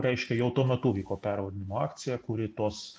reiškia jau tuo metu vyko pervadinimo akcija kuri tos